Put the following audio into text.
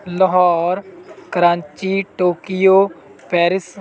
Lahore Karachi Tokyo Paris